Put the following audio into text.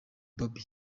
baby